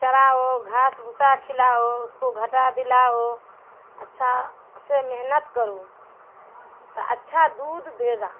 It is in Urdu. چراؤ گھاس بھوسا کھلاؤ اس کو گھٹا دلاؤ اچھا سے محنت کرو تو اچھا دودھ دے گا